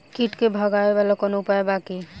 कीट के भगावेला कवनो उपाय बा की?